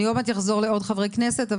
אני עוד מעט אחזור לעוד חברי כנסת.